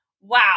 Wow